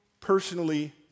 personally